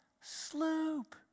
sloop